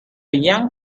young